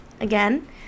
again